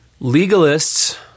Legalists